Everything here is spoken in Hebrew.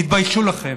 תתביישו לכם.